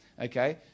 okay